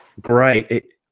great